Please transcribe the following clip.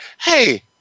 Hey